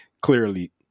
clearly